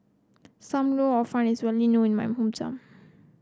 Sam Lau Hor Fun is well known in my hometown